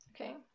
Okay